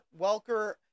Welker